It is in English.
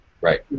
Right